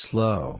Slow